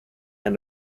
and